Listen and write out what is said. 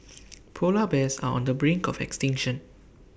Polar Bears are on the brink of extinction